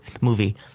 movie